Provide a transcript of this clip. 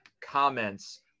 comments